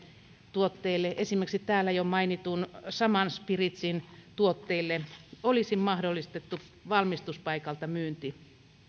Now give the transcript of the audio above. tuotteille esimerkiksi täällä jo mainitun shaman spiritsin tuotteille olisi mahdollistettu valmistuspaikalta myynti